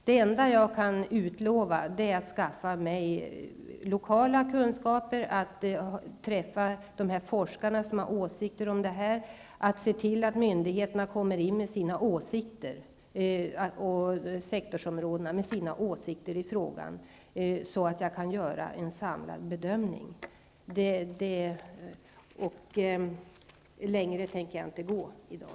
Det enda jag kan utlova är att jag skall skaffa mig kunskaper på platsen, att jag skall träffa de forskare som har åsikter i frågan och att jag skall se till att man vid olika myndigheter och inom olika sektorsområden framför sina åsikter i frågan, så att jag kan göra en samlad bedömning. Längre tänker jag inte gå i dag.